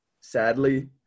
sadly